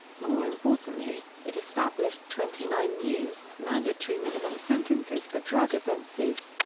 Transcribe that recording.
more importantly, it established twenty nine new, mandatory minimum sentences for drug offenses.